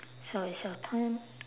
so it's your turn